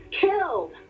killed